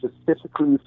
specifically